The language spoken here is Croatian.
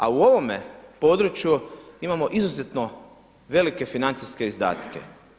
A u ovome području imamo izuzetno velike financijske izdatke.